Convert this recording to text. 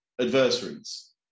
adversaries